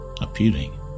appearing